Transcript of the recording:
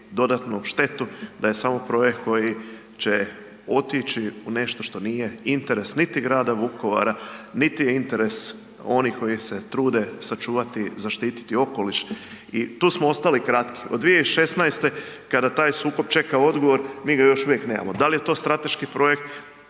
dodatnu štetu, da je samo projekt koji će otići u nešto što nije interes niti grada Vukovara, niti je interes onih koji se trude sačuvati, zaštititi okoliš i tu smo ostali kratki od 2016. kada taj sukob čeka odgovor, mi ga još uvijek nemamo. Da li to strateški projekt,